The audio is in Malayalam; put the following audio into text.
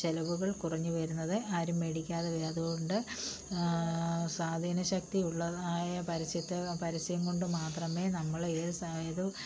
ചിലവുകൾ കുറഞ്ഞു വരുന്നത് ആരും മേടിക്കാതെ വരും അതുകൊണ്ട് സ്വാധീന ശക്തി ഉള്ളതും ആയ പരസ്യത്തെ പരസ്യം കൊണ്ടു മാത്രമേ നമ്മൾ ഏത്